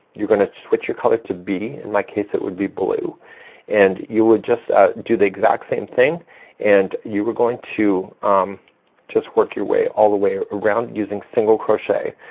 you're gonna switch your color to b, in my case. it would be blue and you will just ah do the exact same thing and you are going to just work your way all the way ah around using single crochet.